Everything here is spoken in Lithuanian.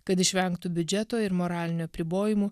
kad išvengtų biudžeto ir moralinių apribojimų